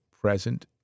present